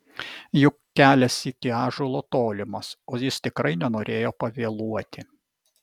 juk kelias iki ąžuolo tolimas o jis tikrai nenorėjo pavėluoti